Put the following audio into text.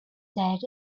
said